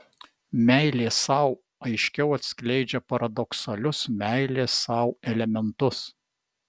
meilė sau aiškiau atskleidžia paradoksalius meilės sau elementus